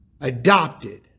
adopted